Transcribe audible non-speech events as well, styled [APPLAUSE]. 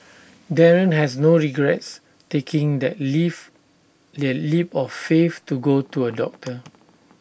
[NOISE] Darren has no regrets taking that leap that leap of faith to go to A doctor